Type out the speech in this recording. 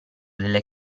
delle